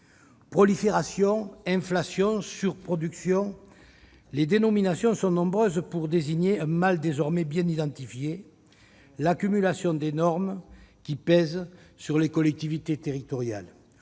Prolifération »,« inflation »,« surproduction », les dénominations sont nombreuses pour désigner un mal désormais bien identifié : l'accumulation des normes qui pèsent sur les collectivités territoriales.